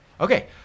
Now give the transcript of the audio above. Okay